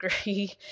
agree